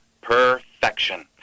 Perfection